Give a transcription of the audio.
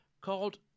called